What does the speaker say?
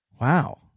Wow